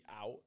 out